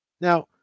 Now